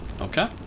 Okay